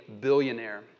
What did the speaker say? billionaire